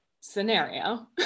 scenario